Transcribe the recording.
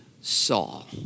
Saul